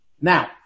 Now